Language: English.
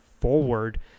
forward